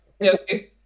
Okay